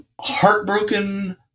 heartbroken